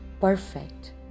Perfect